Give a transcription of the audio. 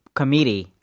committee